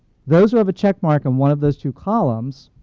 those who have a check-mark in one of those two columns